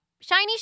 Shiny